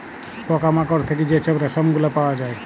পকা মাকড় থ্যাইকে যে ছব রেশম গুলা পাউয়া যায়